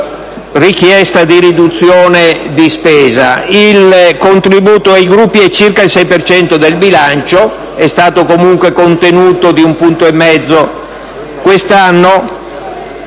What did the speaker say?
una richiesta di riduzione di spesa. Il contributo ai Gruppi è circa il 6 per cento del bilancio, è stato comunque contenuto di un punto e mezzo quest'anno,